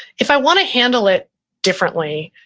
if i want to handle it differently,